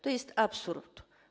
To jest absurd.